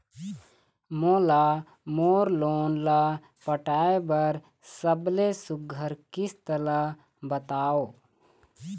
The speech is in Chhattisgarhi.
मोला मोर लोन ला पटाए बर सबले सुघ्घर किस्त ला बताव?